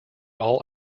all